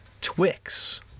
Twix